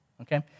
okay